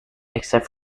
except